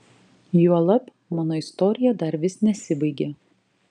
juolab mano istorija dar vis nesibaigė